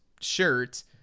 shirt